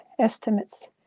estimates